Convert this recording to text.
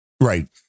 Right